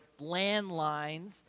landlines